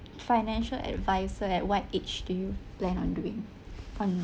financial advisor at what age do you plan on doing